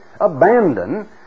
abandon